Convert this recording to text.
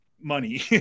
money